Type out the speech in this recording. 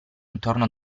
intorno